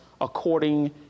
according